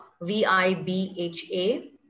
V-I-B-H-A